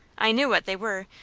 i knew what they were,